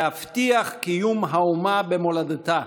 להבטיח קיום האומה במולדתה,